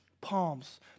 palms